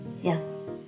yes